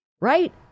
right